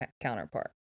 counterpart